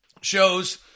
shows